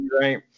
right